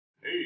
Hey